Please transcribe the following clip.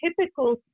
typical